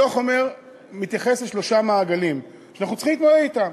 הדוח מתייחס לשלושה מעגלים שאנחנו צריכים להתמודד אתם.